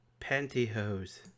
pantyhose